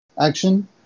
Action